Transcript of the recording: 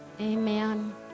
Amen